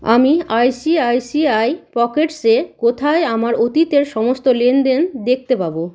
আমি I C I C I পকেটসে কোথায় আমার অতীতের সমস্ত লেনদেন দেখতে পাবো